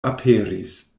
aperis